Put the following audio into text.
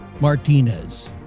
Martinez